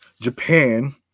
Japan